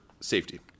safety